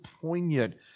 poignant